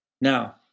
Now